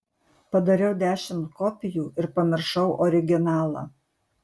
padariau dešimt kopijų ir pamiršau originalą